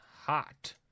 Hot